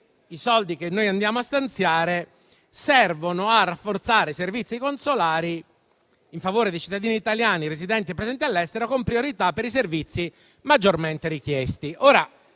i soldi che noi andiamo a stanziare servono a rafforzare servizi consolari in favore di cittadini italiani residenti e presenti all'estero, con priorità per i servizi maggiormente richiesti.